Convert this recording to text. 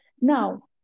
now